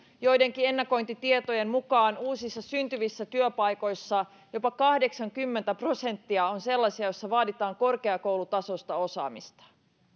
joidenkin ennakointitietojen mukaan uusista syntyvistä työpaikoista jopa kahdeksankymmentä prosenttia on sellaisia joissa vaaditaan korkeakoulutasoista osaamista